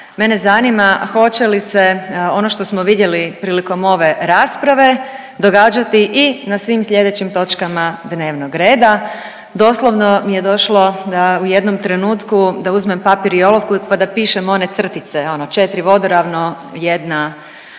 Mene zanima hoće li se ono što smo vidjeli prilikom ove rasprave, događati i na svim sljedećim točkama dnevnog reda? Doslovno mi je došlo u jednom trenutku da uzmem papir i olovku pa da pišem one crtice ono četri vodoravno, jedna